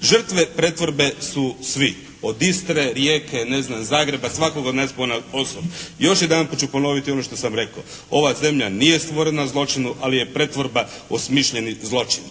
Žrtve pretvorbe su svi od Istre, Rijeke, ne znam Zagreba, svakog od nas ponaosob. Još jedanput ću ponoviti ono što sam rekao. Ova zemlja nije stvorena zločinu, ali je pretvorba osmišljeni zločin.